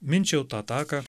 minčiojau tą ataką